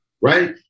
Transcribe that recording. Right